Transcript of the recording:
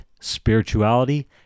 spirituality